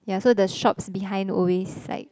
ya so the shops behind always like